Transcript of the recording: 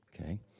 Okay